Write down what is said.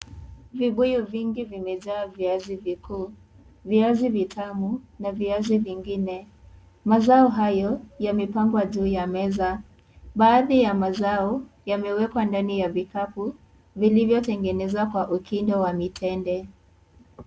Vinuyu vingi vimejaa viazu vikuu, viazi vitamu na viazi vingine. Mazao hayo yamepangwa juu ya meza. Baadhi ya mazao yamewekwa ndani ya vikapu vilivyotengenezwa kwa ukindo wa mitende.